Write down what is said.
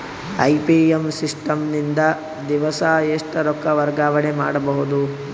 IMPS system ನಿಂದ ದಿವಸಾ ಎಷ್ಟ ರೊಕ್ಕ ವರ್ಗಾವಣೆ ಮಾಡಬಹುದು?